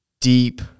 deep